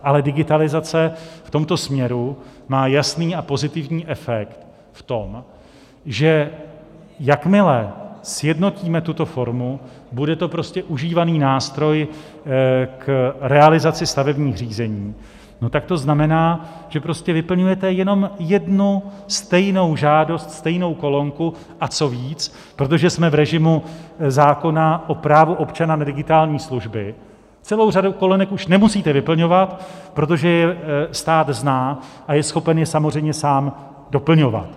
Ale digitalizace v tomto směru má jasný a pozitivní efekt v tom, že jakmile sjednotíme tuto formu, bude to prostě užívaný nástroj k realizaci stavebních řízení, tak to znamená, že prostě vyplňujete jenom jednu stejnou žádost, stejnou kolonku, a co více, protože jsme v režimu zákona o právu občana na digitální služby, celou řadu kolonek už nemusíte vyplňovat, protože je stát zná a je schopen je samozřejmě sám doplňovat.